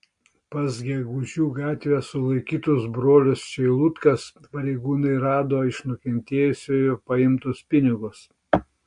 pas gegužių gatvėje sulaikytus brolius čeilutkas pareigūnai rado iš nukentėjusiojo paimtus pinigus